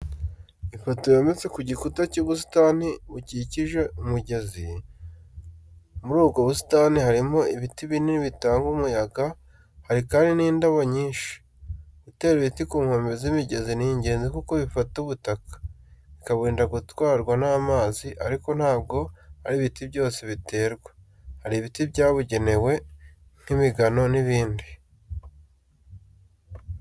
Ifoto yometse ku gikuta y'ubusitani bukikije umugezi. Muri ubwo busitani harimo ibiti binini bitanga umuyaga, hari kandi n'indabo nyinshi. Gutera ibiti ku nkombe z'imigezi ni ingenzi kuko bifata ubutaka, bikaburinda gutwarwa n'amazi, ariko ntabwo ari ibiti byose biterwa, hari ibiti byabugenewe nk'imigano n'ibindi.